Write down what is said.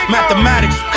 Mathematics